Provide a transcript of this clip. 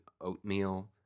oatmeal